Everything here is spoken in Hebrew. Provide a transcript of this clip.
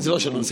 זו שאלה נוספת.